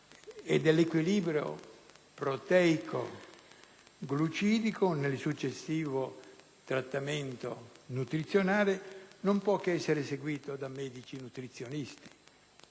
e dell'equilibrio proteico-glucidico nel successivo trattamento nutrizionale non può che essere seguito da medici nutrizionisti.